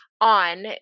on